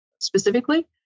specifically